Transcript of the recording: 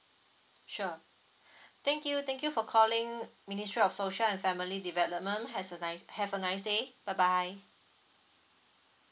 sure thank you thank you for calling ministry of social and family development has a nice have a nice day bye bye